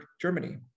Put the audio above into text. Germany